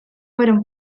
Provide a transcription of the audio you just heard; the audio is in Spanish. fueron